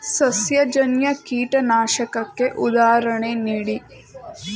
ಸಸ್ಯಜನ್ಯ ಕೀಟನಾಶಕಕ್ಕೆ ಉದಾಹರಣೆ ನೀಡಿ?